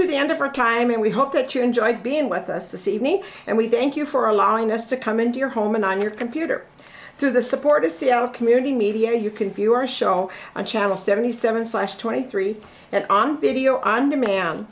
to the end of our time and we hope that you enjoyed being with us to see me and we thank you for allowing us to come into your home and i'm your computer through the support of seattle community media you can view our show on channel seventy seven slash twenty three and on video on demand